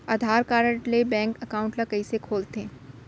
आधार card ले bank account ल कइसे खोलथे?